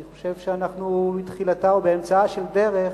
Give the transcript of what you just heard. אני חושב שאנחנו בתחילתה ובאמצעה של דרך,